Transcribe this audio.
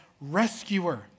rescuer